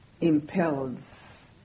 impels